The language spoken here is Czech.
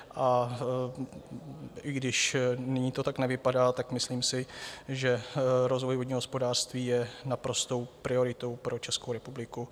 A i když nyní to tak nevypadá, myslím si, že rozvoj vodního hospodářství je naprostou prioritou pro Českou republiku.